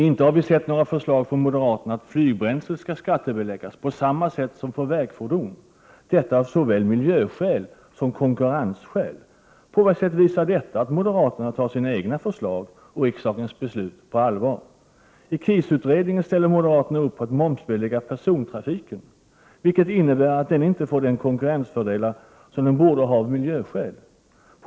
Vi har inte sett några förslag från moderaterna om att flygbränslet, såväl av miljöskäl som av konkurrensskäl, skall skattebeläggas på samma sätt som är fallet för bränsle till vägfordon. På vilket sätt visar detta att moderaterna tar sina egna förslag och riksdagens beslut på allvar? I krisutredningen ställer sig moderaterna bakom förslaget om att momsbelägga persontrafiken, vilket innebär att den inte får de konkurrensfördelar som den av miljöskäl borde ha.